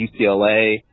UCLA